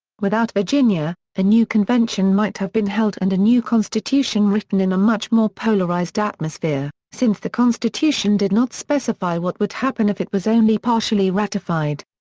without virginia, a new convention might have been held and a new constitution written in a much more polarized atmosphere, since the constitution did not specify what would happen if it was only partially ratified.